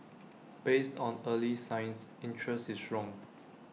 based on early signs interest is strong